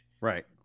Right